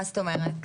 מה זאת אומרת?